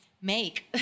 make